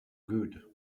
good